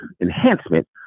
enhancement